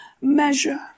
measure